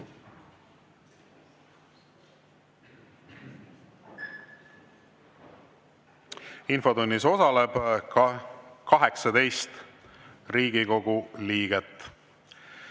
Infotunnis osaleb 18 Riigikogu liiget.